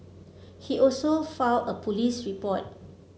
he also filed a police report